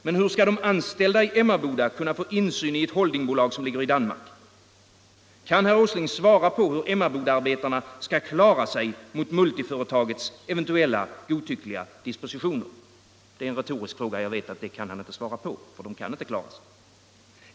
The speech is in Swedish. Men hur skall de anställda i Emmaboda få insyn i ett holdingbolag som ligger i Danmark? Kan herr Åsling svara på hur Emmabodaarbetarna skall klara sig mot multiföretagets godtyckliga dispositioner? Det sista är en retorisk fråga, det kan han inte svara på, för jag vet att de kan inte klara det.